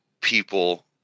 people